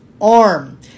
arm